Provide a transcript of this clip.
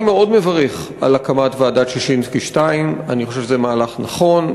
אני מאוד מברך על הקמת ועדת ששינסקי 2. אני חושב שזה מהלך נכון,